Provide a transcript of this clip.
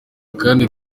akandi